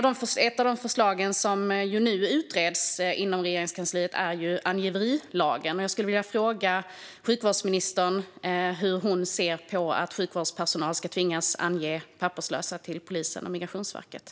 Ett av de förslag som nu utreds inom Regeringskansliet gäller angiverilagen. Jag skulle vilja fråga sjukvårdsministern hur hon ser på att sjukvårdspersonal ska tvingas ange papperslösa för polisen och Migrationsverket.